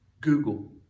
Google